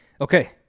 Okay